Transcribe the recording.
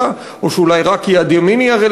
או שאולי יד ימין לא יודעת מה יד שמאל עושה,